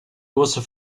großer